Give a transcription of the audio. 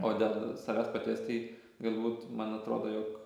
o dėl savęs paties tai galbūt man atrodo jog